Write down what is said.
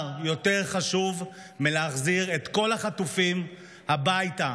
אין דבר יותר חשוב מלהחזיר את כל החטופים הביתה.